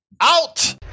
out